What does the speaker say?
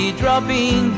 dropping